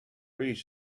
really